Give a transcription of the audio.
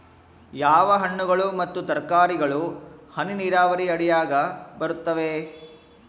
ಯಾವ ಹಣ್ಣುಗಳು ಮತ್ತು ತರಕಾರಿಗಳು ಹನಿ ನೇರಾವರಿ ಅಡಿಯಾಗ ಬರುತ್ತವೆ?